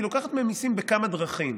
והיא לוקחת מהם מיסים בכמה דרכים.